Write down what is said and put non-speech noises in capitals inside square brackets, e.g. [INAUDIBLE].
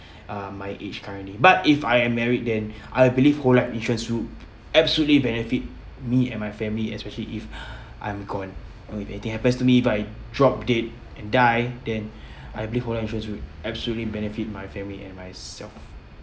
[BREATH] uh my age currently but if I am married then I believe whole life insurance would absolutely benefit me and my family especially if [BREATH] I'm gone or if anything happens to me id I drop dead and die then I believe whole life insurance would absolutely benefit my family and myself